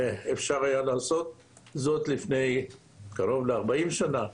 אפשר היה לעשות זאת לפני קרוב ל-40 שנה.